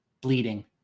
Bleeding